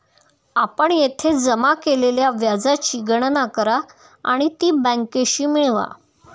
आपण येथे जमा केलेल्या व्याजाची गणना करा आणि ती बँकेशी मिळवा